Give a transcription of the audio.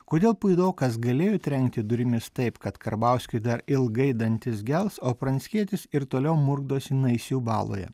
kodėl puidokas galėjo trenkti durimis taip kad karbauskiui dar ilgai dantis gels o pranckietis ir toliau murkdosi naisių baloje